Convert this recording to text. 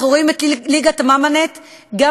אנחנו רואים את ליגת "מאמאנט" גם